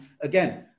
again